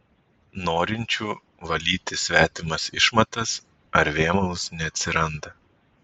norinčių valyti svetimas išmatas ar vėmalus neatsiranda